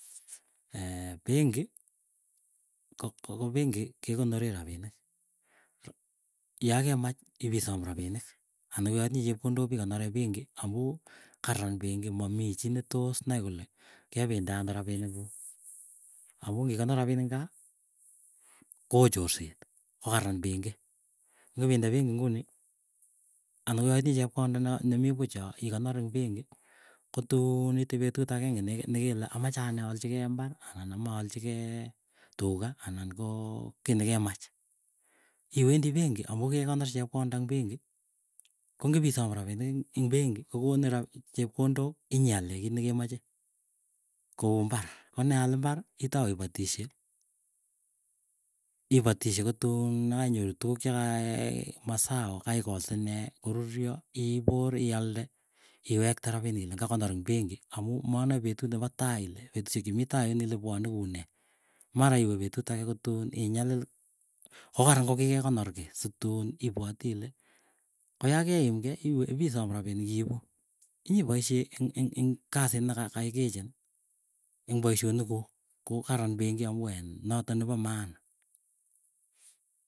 pengi, ko kopengi kekonoree rapinik yakemach ipisom rapinik ana koyaitinye chepkondok pikonoree pengi amuu karan pengi mamii chi ne tos nai kole kepinde anoo rapinik kuuk. Amuu ngikonor rapinik ngaa koochorset kokaran pengii. Ko ngipinde pengii ngunii ana koyoitinye chepkonde nemii puch yoo ikonor ing pengii kotun ite petut agenge nekele ameche anee, alchigei imbarranan amaalchigei tuga anan koo kii nikemach. Iwendi pengi amuu kekonor chepkonda ing pengi kongipisom rapinik ing pengi kokonin chepkondok inyiale kiit nekemache kou mbarr. Koneal imbarr itou ipatishe, ipatishe kotuun nekainyoru tukuk chakayae mazao kaikol sinee, koruryo ipor ialde iwekte rapinik ile ngakonor ing pengi amuu manae petut nepo tai ile petusyek chemii taiyun ile pwani kunee. Mara iwee petut agee kotun inyalil, kokaran kokikekonor kii situn ipwati ile, koyokeim kei ipwati iwe ipisom rapinik iipu. Inyipoisyee eng eng engkasit nekaikichin eng paisyonik kuuk ku karan pengi amu en noto nepo maana.